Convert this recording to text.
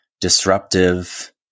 disruptive